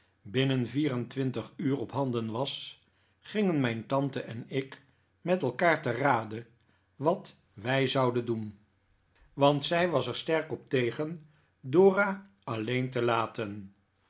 binnen vier en twintig uur ophanden was ginpen mijn tante en ik met elkaar te rade wat wij zouden doen want zij was er sterk op tegen dora alleen te laten